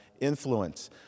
influence